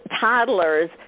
toddlers